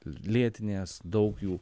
lėtinės daug jų